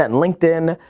and linkedin,